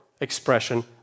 expression